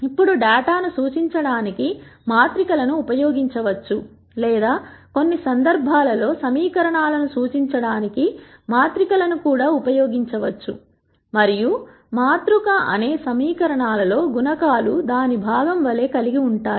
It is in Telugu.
ఇప్పుడు డేటాను సూచించడానికి మాత్రికలను ఉపయోగించవచ్చు లేదా కొన్ని సందర్భాల్లో సమీకరణాలను సూచించడానికి మాత్రికలను కూడా ఉపయోగించవచ్చు మరియు మాతృక అనేక సమీకరణాలలో గుణకాలు దాని భాగం వలె కలిగి ఉంటుంది